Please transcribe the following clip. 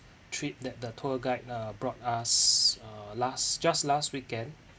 trip that the tour guide uh brought us uh last just last weekend